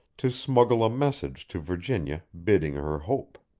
to smuggle a message to virginia bidding her hope.